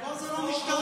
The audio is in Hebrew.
פה זה לא משטרה.